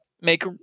make